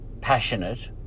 passionate